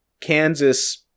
Kansas